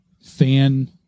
fan